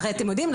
הרי אתם יודעים,